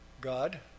God